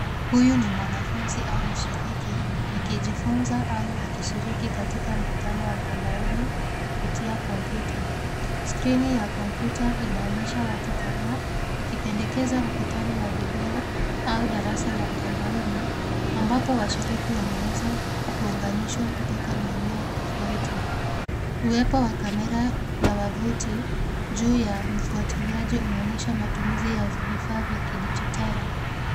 Huyu ni mwanafunzi au mshiriki akijifunza au akishiriki katika mkutano wa mtandaoni kupitia kompyuta. Skrini ya kompyuta inaonyesha watu kadhaa ikipendekeza mkutano wa video au darasa la mtandaoni ambapo washiriki wanaweza kuunganishwa kutoka maeneo tofauti. Uwepo wa kamera ya wavuti juu ya mfuatiliaji unaonyesha matumizi ya vifaa vya kidigitari.